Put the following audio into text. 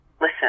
Listen